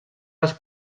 les